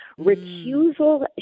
Recusal